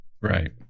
Right